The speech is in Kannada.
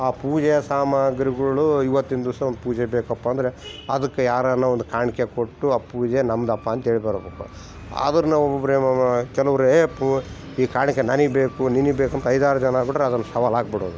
ಆ ಪೂಜೆಯ ಸಾಮಾಗ್ರಿಗಳು ಇವತ್ತಿನ ದಿವಸ ಒಂದು ಪೂಜೆಗೆ ಬೇಕಪ್ಪಂದರೆ ಅದಕ್ಕೆ ಯಾರನ ಒಂದು ಕಾಣಿಕೆ ಕೊಟ್ಟು ಆ ಪೂಜೆ ನಮ್ಮದಪ್ಪ ಅಂತ ಹೇಳ್ ಬರಬೇಕು ಆದರೆ ನಾವು ಒಬ್ಬೊಬ್ಬರೆ ಕೆಲವ್ರು ಎ ಪೂ ಈ ಕಾಣಿಕೆ ನನಗ್ ಬೇಕು ನಿನಗ್ ಬೇಕು ಅಂತ ಐದು ಆರು ಜನ ಆಗ್ಬಿಟ್ರೆ ಅದೊಂದು ಸವಾಲ್ ಆಗಿಬಿಡೋದು